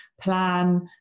plan